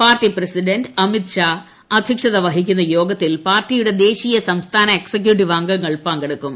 party president Amit Shah അദ്ധ്യക്ഷൻ വഹിക്കുന്ന യോഗത്തിൽ പാർട്ടിയുടെ ദ്ദേശീയു സംസ്ഥാന എക്സിക്യൂട്ടീവ് അംഗങ്ങൾ പങ്കെടുക്കും